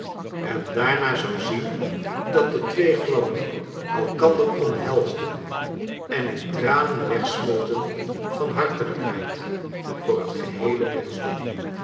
en daarna zou zien dat de twee gladden elkander omhelsden en in tranen wegsmolten van hartelijkheid voor het geheele menschdom